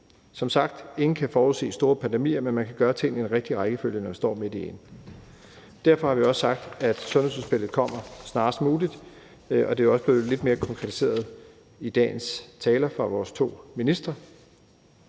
Som sagt kan ingen forudsige store pandemier, men man kan gøre tingene i den rigtige rækkefølge, når man står midt i en. Derfor har vi også sagt, at sundhedsudspillet kommer snarest muligt, og det er også blevet lidt mere konkretiseret i dagens taler fra vores to ministre.